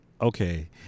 okay